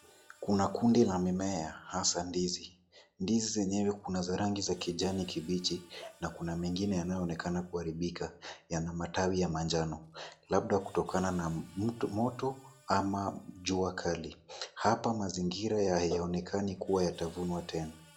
Kuna kundi la mimea, hasa ndizi. Ndizi zenyewe kuna zarangi za kijani kibichi na kuna mengine yanayoonekana kuharibika, yana matawi ya manjano. Labda kutokana na moto ama jua kali. Hapa mazingira ya hayaonekani kuwa yatavunwa tena.